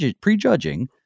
prejudging